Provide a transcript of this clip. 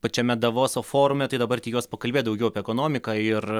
pačiame davoso forume tai dabar tikiuos pakalbėt daugiau apie ekonomiką ir